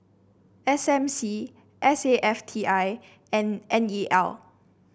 S M C S A F T I and N E L